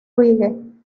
reggae